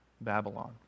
Babylon